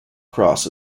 cross